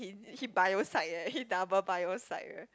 he he bio psych eh he double bio psych eh